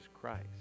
Christ